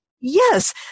Yes